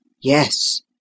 Yes